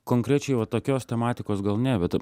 konkrečiai vat tokios tematikos gal ne bet